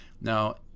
Now